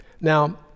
Now